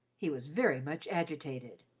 he was very much agitated.